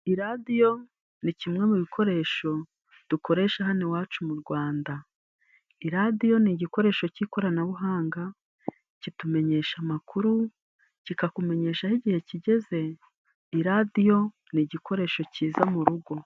Iyi radiyo ni kimwe mu bikoresho, dukoresha hano iwacu mu Rwanda iradiyo ni igikoresho cy'ikoranabuhanga, kitumenyesha amakuru kikakumenyesha aho igihe kigeze, i radiyo ni igikoresho kiza mu rugo.